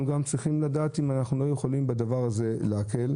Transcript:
אנחנו גם צריכים לדעת אם אנחנו לא יכולים בדבר הזה להקל.